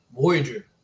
Voyager